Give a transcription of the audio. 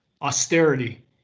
Austerity